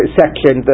section